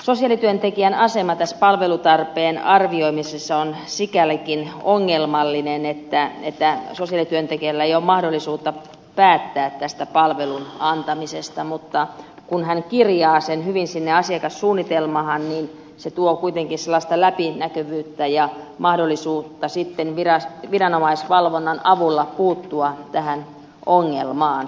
sosiaalityöntekijän asema palvelutarpeen arvioimisessa on sikälikin ongelmallinen että sosiaalityöntekijällä ei ole mahdollisuutta päättää palvelun antamisesta mutta kun hän kirjaa sen hyvin sinne asiakassuunnitelmaan se tuo kuitenkin sellaista läpinäkyvyyttä ja mahdollisuutta sitten viranomaisvalvonnan avulla puuttua ongelmaan